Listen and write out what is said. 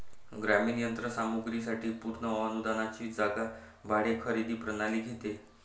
ग्रामीण यंत्र सामग्री साठी पूर्ण अनुदानाची जागा भाडे खरेदी प्रणाली घेते